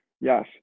Yes